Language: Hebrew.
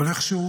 אבל איכשהו